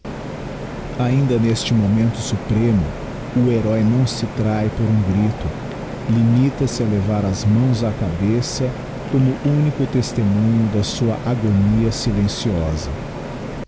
ainda neste momento supremo o heróe não se trahe por um grito limita se a levar as mãos á cabeça como único testemunho da sna agonia silenciosa